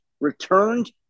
returned